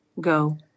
go